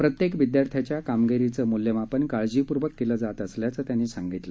प्रत्येक विद्यार्थ्याच्या कामगिरीचं मूल्यमापन काळजीपूर्वक केलं जात असल्याचं त्यांनी सांगितलं